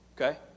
okay